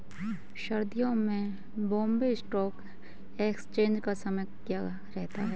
सर्दियों में Bombay stock exchange का समय क्या रहता है?